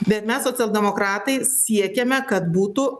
bet mes socialdemokratai siekiame kad būtų